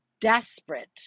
desperate